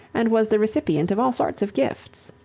and was the recipient of all sorts of gifts.